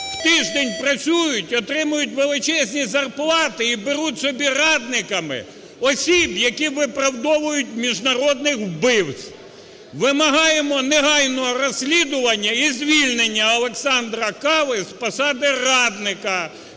в тиждень працюють, отримують величезні зарплати і беруть собі радниками осіб, які виправдовують міжнародних вбивць? Вимагаємо негайного розслідування і звільнення Олександра Кави з посади радника